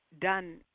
done